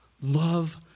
Love